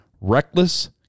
reckless